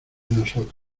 nosotros